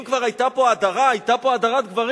מכמה צוערים שיצאו כי זמרת שרה.